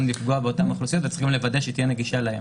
לפגוע באותן אוכלוסיות וצריך לוודא שהיא תהיה נגישה להן.